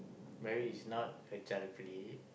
marriage is not a child play